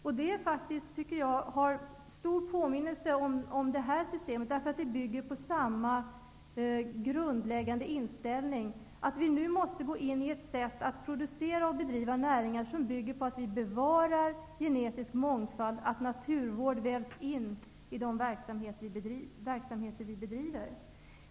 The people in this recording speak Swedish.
Jag tycker att det faktiskt har stor likhet med detta system, eftersom det bygger på samma grundläggande inställning: att vi nu måste gå in i ett sätt att producera och bedriva näringar vilket bygger på att vi bevarar genetisk mångfald och att naturvård vävs in i de verksamheter som vi bedriver.